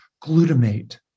glutamate